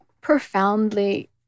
profoundly